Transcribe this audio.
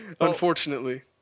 Unfortunately